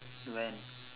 when